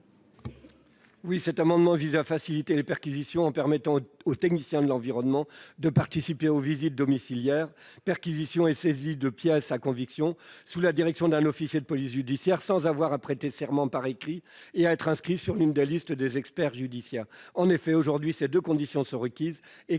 Cet amendement vise à faciliter les perquisitions, en permettant aux techniciens de l'environnement de participer aux visites domiciliaires, perquisitions et saisies de pièces à conviction, sous la direction d'un officier de police judiciaire, sans avoir à prêter serment par écrit et à être inscrits sur l'une des listes des experts judiciaires. En effet, aujourd'hui, ces deux conditions sont requises et